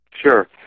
Sure